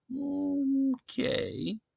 Okay